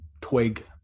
twig